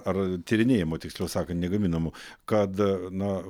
ar tyrinėjamų tiksliau sakant ne gaminamų kad na